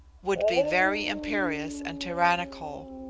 would be very imperious and tyrannical.